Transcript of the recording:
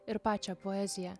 ir pačią poeziją